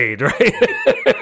right